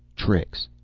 tricks.